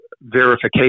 verification